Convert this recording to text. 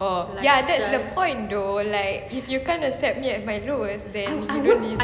oh ya that's the point though if you can't accept me at my lowest there's no reason